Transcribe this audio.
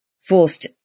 forced